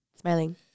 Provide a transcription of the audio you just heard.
smiling